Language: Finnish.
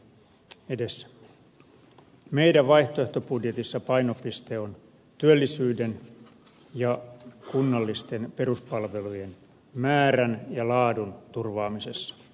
meidän vaihtoehtobudjetissamme painopiste on työllisyyden ja kunnallisten peruspalvelujen määrän ja laadun turvaamisessa